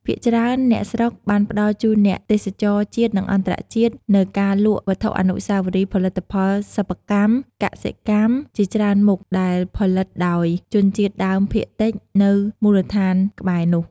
ភាគច្រើនអ្នកស្រុកបានផ្តល់ជូនអ្នកទេសចរណ៍ជាតិនិងអន្តរជាតិ នូវការរលក់វត្ថុអនុស្សាវរីយ៍ផលិតផលសិប្បកម្ម កសិកម្មជាច្រើនមុខដែលផលិតដោយជនជាតិដើមភាគតិចនៅមូលដ្ឋានក្បែរនោះ ។